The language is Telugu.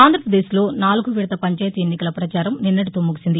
ఆంధ్రప్రదేశ్ లో నాలుగో విడతపంచాయతీ ఎన్నికల పచారం నిన్సటితో ముగిసింది